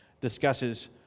discusses